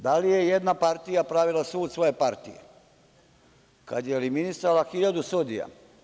Da li je jedna partija pravila sud svoje partije, kada je eliminisala hiljadu sudija?